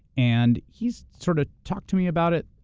and he's sort of talked to me about it,